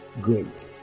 great